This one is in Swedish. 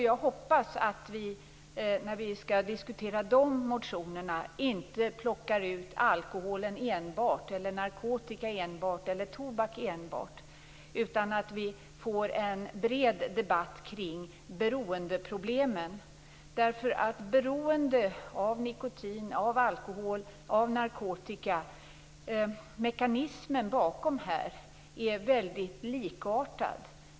Jag hoppas att vi när vi skall diskutera de motionerna inte plockar ut alkohol enbart, narkotika enbart eller tobak enbart, utan att vi får en bred debatt kring beroendeproblemen. Mekanismen bakom beroendet av nikotin, av alkohol och av narkotika är nämligen väldigt likartad.